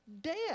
death